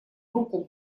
руку